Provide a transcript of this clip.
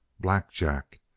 black jack!